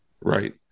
right